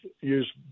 use